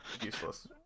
useless